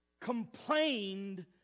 complained